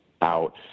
out